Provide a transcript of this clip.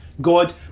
God